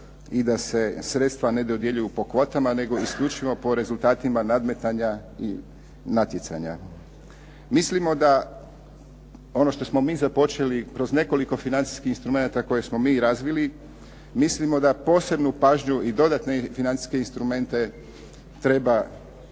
i da se sredstva ne dodjeljuju po kvotama nego isključivo po rezultatima nadmetanja i natjecanja. Mislimo da ono što smo mi započeli kroz nekoliko financijskih instrumenata koje smo mi razvili, mislimo da posebnu pažnju i dodatne financijske instrumente treba